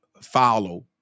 follow